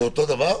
זה אותו דבר?